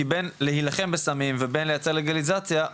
כי בין להילחם בסמים ובין לייצר לגליזציה,